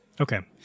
Okay